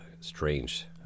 strange